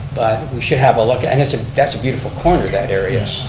we should have a look, and that's ah that's a beautiful corner, that area.